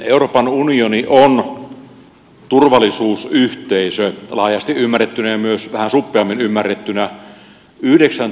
euroopan unioni on turvallisuusyhteisö laajasti ymmärrettynä ja myös vähän suppeammin ymmärrettynä